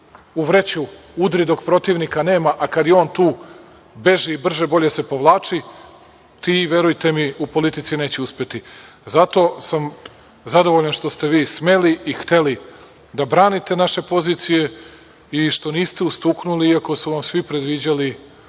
u vreću, udri dok protivnika nema, a kad je on tu beži i brže bolje se povlači. Ti verujte mi u politici neće uspeti. Zato sam zadovoljan što ste vi smeli i hteli da branite naše pozicije i što niste ustuknuli iako su vam svi predviđali